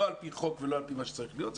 לא על פי מה שצריך להיות.